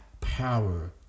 power